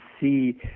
see